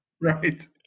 Right